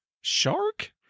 Shark